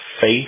faith